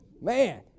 Man